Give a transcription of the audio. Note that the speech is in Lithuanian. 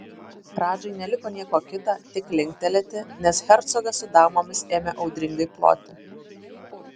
radžai neliko nieko kita tik linktelėti nes hercogas su damomis ėmė audringai ploti